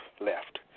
left